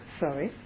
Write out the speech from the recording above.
sorry